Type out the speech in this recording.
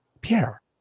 Pierre